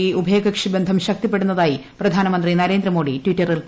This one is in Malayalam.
ഇ ഉഭയകക്ഷി ബന്ധം ശക്തിപ്പെടു ന്നതായി പ്രധാനമന്ത്രി നരേന്ദ്ര മോദി ട്വിറ്ററിൽ കുറിച്ചു